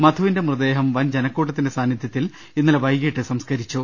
മധുവിന്റെ മൃതദേഹം വൻ ജനക്കൂട്ടത്തിന്റെ സാനിധ്യത്തിൽ ഇന്നലെ വൈകിട്ട് സംസ്കരിച്ചു